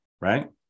right